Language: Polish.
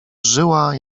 żyła